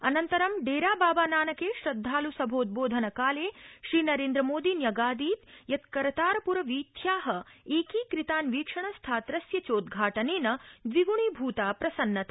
अनन्तरं डेरा बाबा नानके श्रद्धाल सभोद्रोधनकाले श्रीनरेन्द्रमोदी न्यगादीत यत् करतारपूर वीथ्या एकीकतान्वीक्षण स्थात्रस्य चोद्घाटनेन द्विग्णीभूता प्रसन्नता